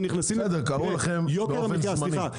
קראו לכם באופן זמני.